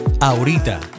Ahorita